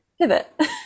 pivot